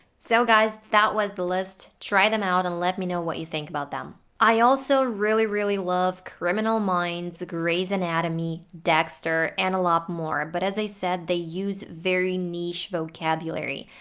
so, guys. that was the list. try them out and let me know what you think about them. i also really really love criminal minds, gray's anatomy, dexter and a lot more, but as i said they use very niche vocabulary.